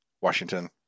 Washington